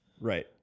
Right